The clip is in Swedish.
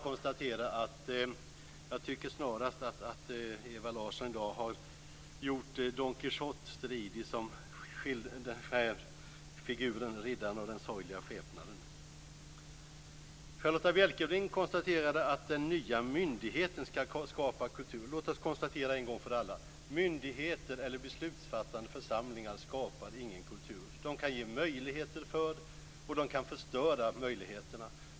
Jag tycker snarast att Ewa Larsson i dag har gjort Don Charlotta Bjälkebring konstaterade att den nya myndigheten skall skapa kultur. Låt oss konstatera en gång för alla: myndigheter eller beslutsfattande församlingar skapar ingen kultur. De kan ge möjligheter till det, och de kan förstöra möjligheterna.